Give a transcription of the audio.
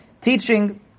teaching